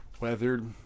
Weathered